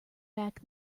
back